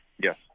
yes